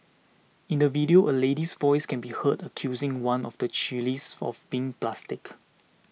in the video a lady's voice can be heard accusing one of the chillies of being plastic